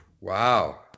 Wow